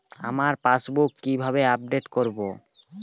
আমার পাসবুক কিভাবে আপডেট করবো?